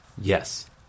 Yes